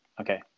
Okay